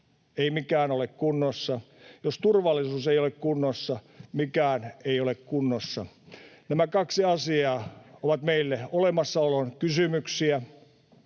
ei mikään ole kunnossa. Jos turvallisuus ei ole kunnossa, mikään ei ole kunnossa. Nämä kaksi asiaa ovat meille olemassaolon kysymyksiä.